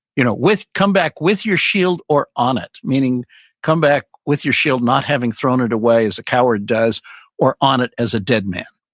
you know, come back with your shield or on it, meaning come back with your shield, not having thrown it away as a coward does or on it as a dead man,